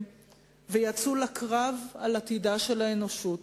ויצאו לקרב על עתידה של האנושות,